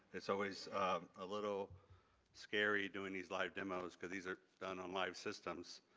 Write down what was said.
it's always a little scary doing these live demos because these are done on live systems.